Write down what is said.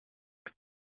allí